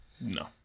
No